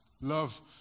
love